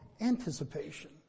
anticipation